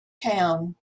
town